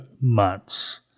months